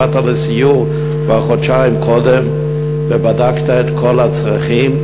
באת לסיור כבר חודשיים קודם ובדקת את כל הצרכים,